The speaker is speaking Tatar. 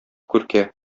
күркә